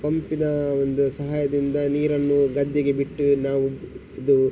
ಪಂಪಿನ ಒಂದು ಸಹಾಯದಿಂದ ನೀರನ್ನು ಗದ್ದೆಗೆ ಬಿಟ್ಟು ನಾವು ಇದು